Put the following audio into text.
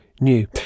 new